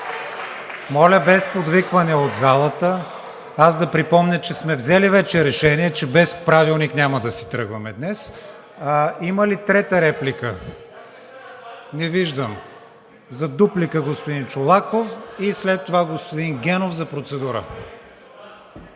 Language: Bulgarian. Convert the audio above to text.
Моля без подвиквания от залата! Аз да припомня, че сме взели вече решение, че без Правилник няма да си тръгваме днес. Има ли трета реплика? Не виждам. (Шум и реплики от ГЕРБ-СДС.) За дуплика – господин Чолаков, след това господин Генов за процедура.